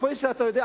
כפי שאתה יודע,